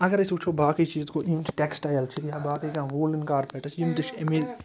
اگر أسۍ وٕچھو باقٕے چیٖز گوٚو یِم چھِ ٹٮ۪کٕسٹایِل چھِ یا باقٕے کانٛہہ ووٗلَن کارپٮ۪ٹٕس چھِ یِم تہِ چھِ اَمے